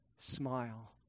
Smile